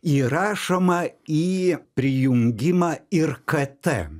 įrašoma į prijungimą ir k t